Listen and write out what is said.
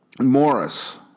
Morris